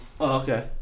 okay